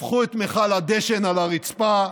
שפכו את מכל הדשן על הרצפה,